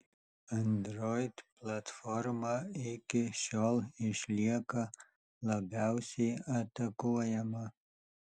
android platforma iki šiol išlieka labiausiai atakuojama